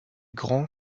grand